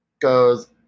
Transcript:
goes